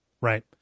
right